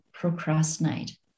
procrastinate